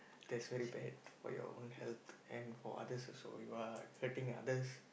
that's very bad for your own health and for other also you are hurting others